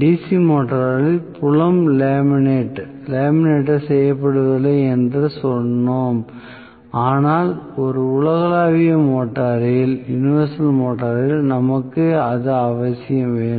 DC மோட்டாரில் புலம் laminate செய்யப்படுவதில்லை என்று சொன்னோம் ஆனால் ஒரு உலகளாவிய மோட்டரில் நமக்கு இது அவசியம் வேண்டும்